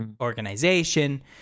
organization